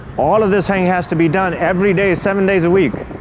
all of this thing has to be done everyday, seven days a week.